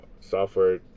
software